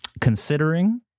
considering